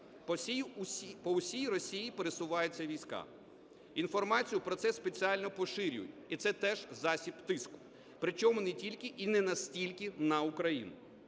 по всій Росії пересуваються війська. Інформацію про це спеціально поширюють і це теж засіб тиску, причому не тільки і не настільки на Україну.